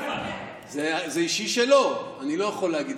זה אישי שלו, אני לא יכול להגיד.